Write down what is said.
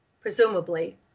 presumably